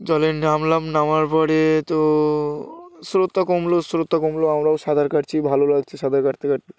জলে নামলাম নামার পরে তো স্রোতটা কমলো স্রোতটা কমলো আমরাও সাঁতার কাটছি ভালো লাগছে সাঁতার কাটতে কাটতে